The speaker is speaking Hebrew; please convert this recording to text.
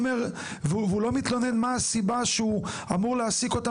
והוא לא מתלונן מה הסיבה שהוא אמור להעסיק אותם